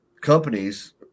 companies